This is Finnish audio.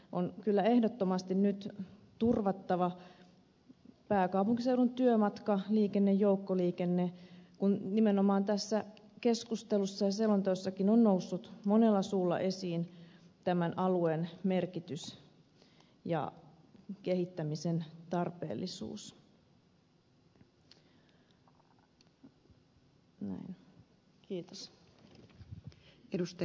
on kyllä ehdottomasti nyt turvattava pääkaupunkiseudun työmatkaliikenne joukkoliikenne kun nimenomaan tässä keskustelussa ja selonteossakin on noussut monella suulla esiin tämän alueen merkitys ja kehittämisen tarpeellisuus